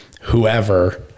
whoever